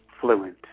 fluent